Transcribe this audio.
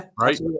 Right